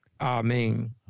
Amen